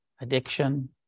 addiction